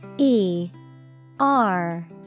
E-R